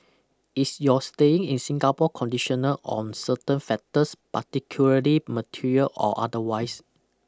is your staying in Singapore conditional on certain factors particularly material or otherwise